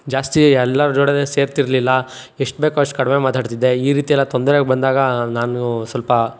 ಜಾಸ್ತಿ ಎಲ್ಲರ ಒಡನೆ ಸೇರ್ತಿರಲಿಲ್ಲ ಎಷ್ಟು ಬೇಕೋ ಅಷ್ಟು ಕಡಿಮೆ ಮಾತಾಡ್ತಿದ್ದೆ ಈ ರೀತಿಯೆಲ್ಲ ತೊಂದರೆ ಬಂದಾಗ ನಾನು ಸ್ವಲ್ಪ